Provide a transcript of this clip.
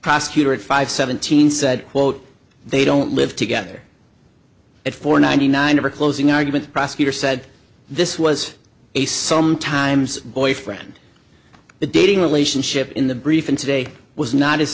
prosecutor at five seventeen said quote they don't live together it for ninety nine of our closing argument the prosecutor said this was a sometimes boyfriend the dating relationship in the briefing today was not as